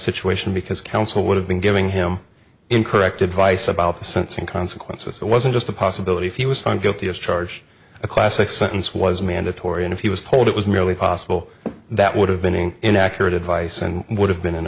situation because counsel would have been giving him incorrect advice about the sense in consequences it wasn't just a possibility if he was found guilty as charged a classic sentence was mandatory and if he was told it was merely possible that would have been inaccurate advice and would have been